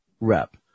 rep